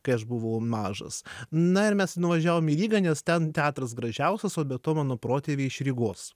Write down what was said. kai aš buvau mažas na ir mes nuvažiavom į rygą nes ten teatras gražiausias o be to mano protėviai iš rygos